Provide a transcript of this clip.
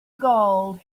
gold